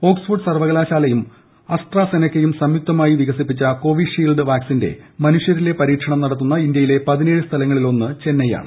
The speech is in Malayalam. ഓക്സ്ഫോർഡ് സ്റ്റ്വേകലാശാലയും അസ്ട്രാസെനെക്കയും സംയുക്തമായി വികസിപ്പിച്ചുകോവിഷീൽഡ് വാക്സിന്റെ മനുഷ്യരിലെ പരീക്ഷണം നടത്തുന്ന ഇന്ത്യയിലെ പതിനേഴ് സ്ഥലങ്ങളിൽ ഒന്ന് ചെന്നൈയാണ്